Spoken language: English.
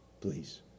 please